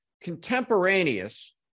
Contemporaneous